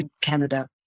canada